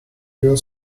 your